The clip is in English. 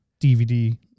DVD